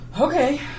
Okay